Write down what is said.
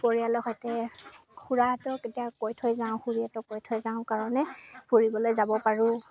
পৰিয়ালৰ সৈতে খুৰাহঁতক এতিয়া কৈ থৈ যাওঁ খুৰীহঁতক কৈ থৈ যাওঁ কাৰণে ফুৰিবলৈ যাব পাৰোঁ